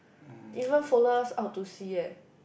even follow us out to see eh